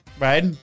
Right